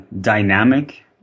dynamic